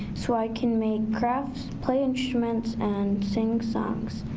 so i can make crafts, play instruments and sing songs.